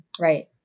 right